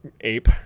ape